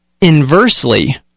Inversely